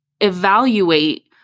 evaluate